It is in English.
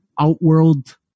outworld